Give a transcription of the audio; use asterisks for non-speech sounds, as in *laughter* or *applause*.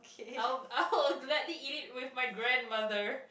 *laughs* I will gladly eat it with my grandmother